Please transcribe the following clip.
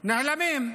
נעלמים.